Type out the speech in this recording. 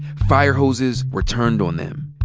fire hoses were turned on them,